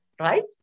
right